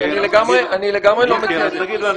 אני לגמרי לא מציע את זה.